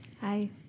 Hi